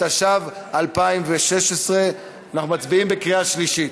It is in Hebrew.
התשע"ו 2016. אנחנו מצביעים בקריאה שלישית.